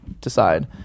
decide